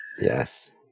Yes